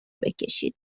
بکشید